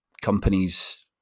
companies